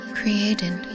created